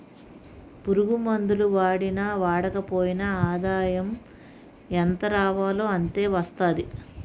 పురుగుమందులు వాడినా వాడకపోయినా ఆదాయం ఎంతరావాలో అంతే వస్తాది